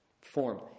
form